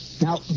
Now